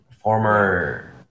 former